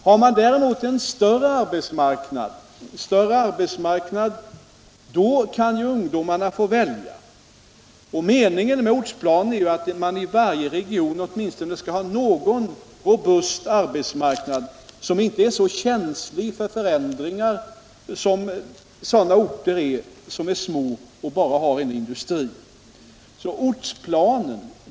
Har man däremot en större arbetsmarknad kan ungdomarna få välja. Meningen med ortsplanen är ju att man i varje region skall ha åtminstone någon robust arbetsmarknad som inte är så känslig för förändringar som arbetsmarknaden på orter med bara en industri.